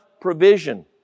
provision